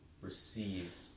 receive